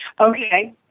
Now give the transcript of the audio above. Okay